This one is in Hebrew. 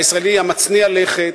הישראלי המצניע לכת,